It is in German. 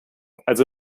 also